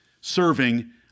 serving